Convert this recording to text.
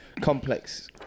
complex